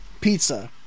pizza